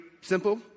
simple